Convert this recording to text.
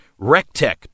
Rectech